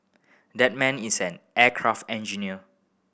that man is an aircraft engineer